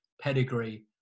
pedigree